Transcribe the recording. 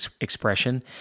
expression